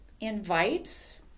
invite